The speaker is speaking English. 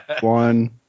one